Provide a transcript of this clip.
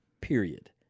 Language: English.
period